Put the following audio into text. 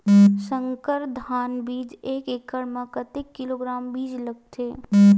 संकर धान बीज एक एकड़ म कतेक किलोग्राम बीज लगथे?